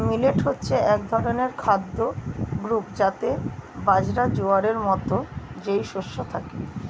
millet হচ্ছে এক ধরনের খাদ্য গ্রূপ যাতে বাজরা, জোয়ারের মতো যেই শস্য থাকে